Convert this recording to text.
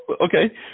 Okay